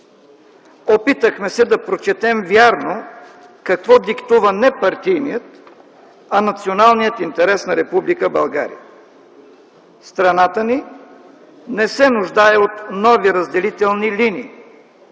Опитахме се да прочетем вярно какво диктува не партийният, а националният интерес на Република България. Страната ни не се нуждае от нови разделителни линии